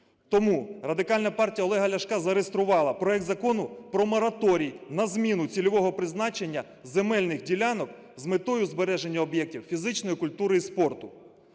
Тому Радикальна партія Олега Ляшка зареєструвала проект Закону про мораторій на зміну цільового призначення земельних ділянок з метою збереження об'єктів фізичної культури і спорту.